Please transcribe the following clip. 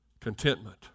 Contentment